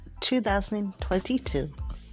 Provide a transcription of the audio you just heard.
2022